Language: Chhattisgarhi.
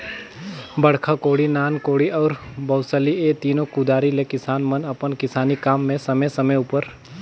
बड़खा कोड़ी, नान कोड़ी अउ बउसली ए तीनो कुदारी ले किसान मन अपन किसानी काम मे समे समे उपर